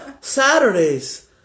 Saturdays